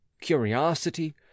curiosity